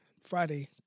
Friday